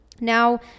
Now